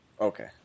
Okay